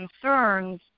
concerns